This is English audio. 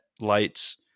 lights